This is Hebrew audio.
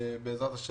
בעזרת ה',